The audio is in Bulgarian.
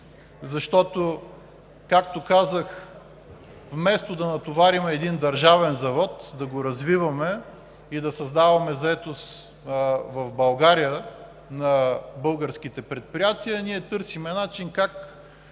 защото, както казах, вместо да натоварим един държавен завод, да го развиваме и да създаваме заетост в България на българските предприятия, ние търсим начин как